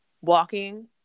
walking